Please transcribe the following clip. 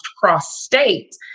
cross-state